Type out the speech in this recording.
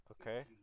Okay